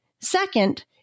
Second